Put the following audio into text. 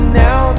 now